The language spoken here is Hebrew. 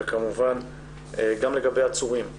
וכמובן גם לגבי עצורים.